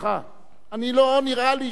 לא נראה לי, אוקיי.